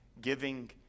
giving